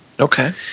Okay